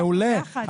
שזה מעולה,